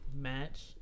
match